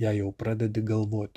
jei jau pradedi galvoti